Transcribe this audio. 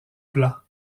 plat